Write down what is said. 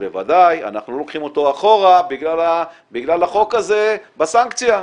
בוודאי אנחנו לא לוקחים אותו אחורה בגלל החוק הזה בסנקציה.